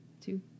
two